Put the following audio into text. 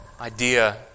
idea